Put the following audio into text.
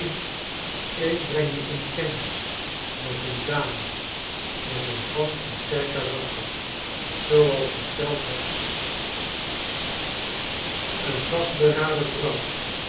ik breng je in kennis met een dame met een vast en sterk karakter zooals ik zelf heb een vastberaden